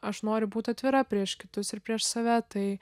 aš noriu būti atvira prieš kitus ir prieš save tai